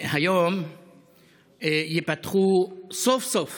היום ייפתחו סוף-סוף